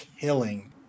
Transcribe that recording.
killing